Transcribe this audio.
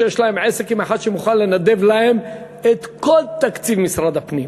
שיש להם עסק עם אחד שמוכן לנדב להם את כל תקציב משרד הפנים.